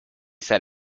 said